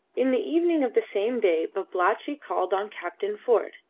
in the evening of the same day babalatchi called on captain ford.